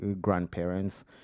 grandparents